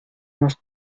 nos